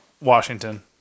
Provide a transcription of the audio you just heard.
Washington